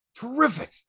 terrific